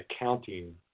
accounting